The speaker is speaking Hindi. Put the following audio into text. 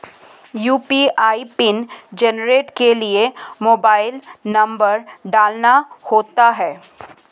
यू.पी.आई पिन जेनेरेट के लिए मोबाइल नंबर डालना होता है